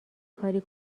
کاری